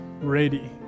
ready